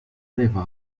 levá